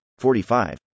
45